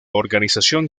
organización